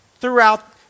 throughout